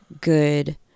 good